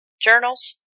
journals